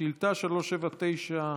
שאילתה 379,